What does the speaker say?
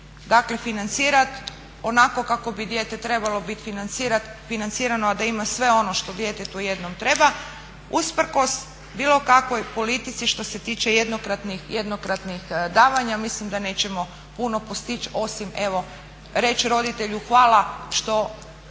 dakle financirati onako kako bi dijete trebalo bit financirano a da ima sve ono što djetetu jednom treba usprkos bilo kakvoj politici što se tiče jednokratnih davanja mislim da nećemo puno postići osim evo reći roditelju hvala što